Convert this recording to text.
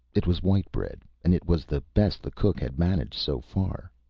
it was white bread, and it was the best the cook had managed so far.